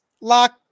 lock